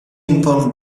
informed